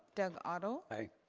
doug otto? aye.